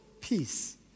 Peace